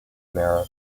mara